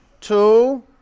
Two